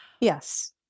Yes